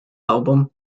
album